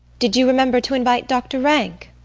did you remember to invite doctor rank?